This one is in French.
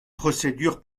procédure